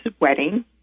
wedding